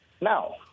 Now